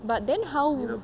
but then how